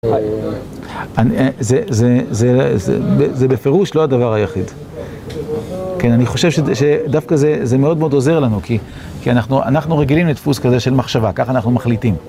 זה בפירוש לא הדבר היחיד, כן, אני חושב שדווקא זה מאוד מאוד עוזר לנו כי אנחנו רגילים לדפוס כזה של מחשבה, כך אנחנו מחליטים